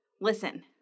listen